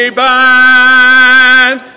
band